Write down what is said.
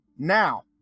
Now